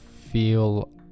feel